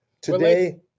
Today